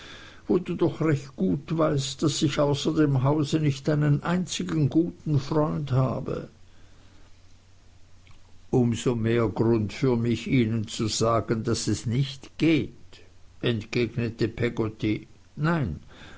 wo du doch recht gut weißt daß ich außer dem hause nicht einen einzigen guten freund habe um so mehr grund für mich ihnen zu sagen daß es nicht geht entgegnete peggotty nein